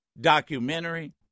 documentary